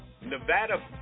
Nevada